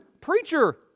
preacher